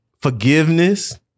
forgiveness